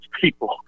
people